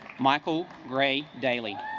michael ray daily